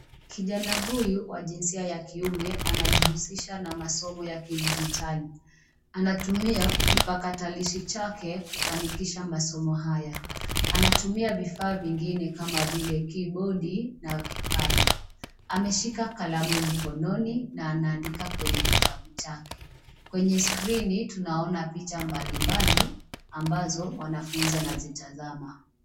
Kijana huyu wa jinsia ya kiume, anajihusisha na masomo ya kidijitali. Anatumia kipakatalishi chake, kufanikisha masomo haya. Anatumia vifaa vingine kama vile kibodi, na kipanya. Ameshika kalamu mkononi, na anaandika kwenye kitabu chake. Kwenye skrini, tunaona picha mbalimbali ambazo mwanafunzi anazitazama.